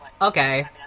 okay